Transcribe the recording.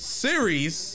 series